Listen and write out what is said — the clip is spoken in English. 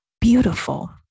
beautiful